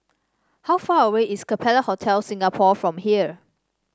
how far away is Capella Hotel Singapore from here